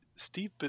Steve